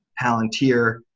Palantir